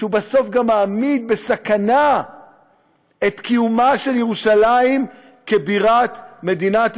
שבסוף גם מעמיד בסכנה את קיומה של ירושלים כבירת מדינת ישראל,